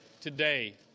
today